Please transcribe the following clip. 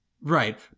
right